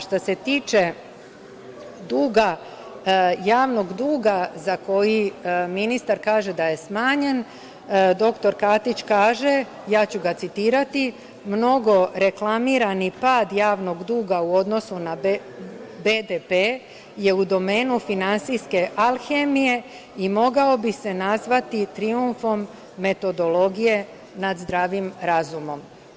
Što se tiče javnog duga, za koji ministar kaže da je smanjen, doktor Katić kaže, ja ću ga citirati: „Mnogo reklamirani pad javnog duga u odnosu na BDP je u domenu finansijske alhemije i mogao bi se nazvati trijumfom metodologije nad zdravim razumom“